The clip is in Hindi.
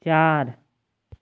चार